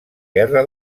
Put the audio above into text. guerra